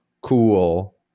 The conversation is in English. cool